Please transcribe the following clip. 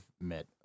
met